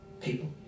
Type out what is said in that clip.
people